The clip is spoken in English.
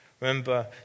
Remember